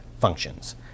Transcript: functions